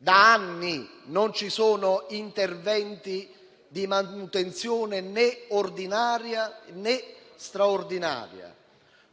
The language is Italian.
Da anni non ci sono interventi di manutenzione né ordinaria né straordinaria.